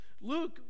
Luke